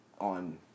on